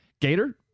Gator